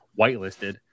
whitelisted